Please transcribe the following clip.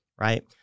Right